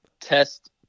test